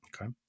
Okay